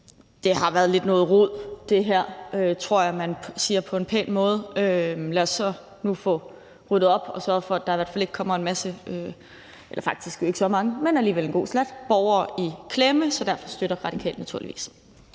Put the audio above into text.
her har været lidt noget rod, tror jeg man kan sige på en pæn måde. Lad os så nu få rettet op og sørge for, at der i hvert fald ikke kommer en masse – eller faktisk jo ikke så mange, men alligevel en god slat – borgere i klemme. Så derfor støtter Radikale det naturligvis.